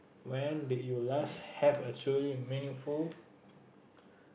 when did you last have a truly meaningful